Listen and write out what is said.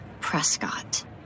Prescott